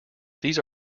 these